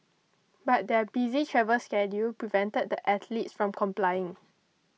but their busy travel schedule prevented the athletes from complying